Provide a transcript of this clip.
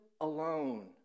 alone